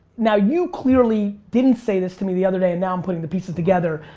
now you clearly didn't say this to me the other day, and now i'm putting the pieces together.